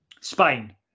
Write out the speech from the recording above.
Spain